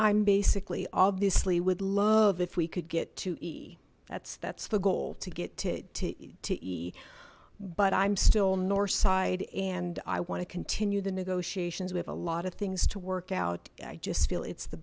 i'm basically obviously would love if we could get to e that's that's the goal to get to e but i'm still north side and i want to continue the negotiations we have a lot of things to work out i just feel it's the